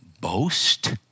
Boast